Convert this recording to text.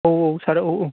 औ औ सार औ औ